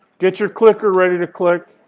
get your clicker ready to click.